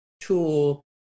tool